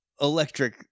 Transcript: electric